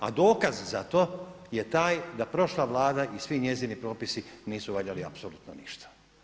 A dokaz za to je taj da prošla Vlada i svi njezini propisi nisu valjali apsolutno ništa.